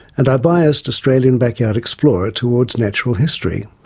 and biased australian backyard explorer towards natural history.